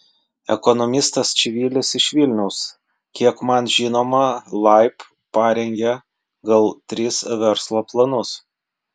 ekonomistas čivilis iš vilniaus kiek man žinoma laib parengė gal tris verslo planus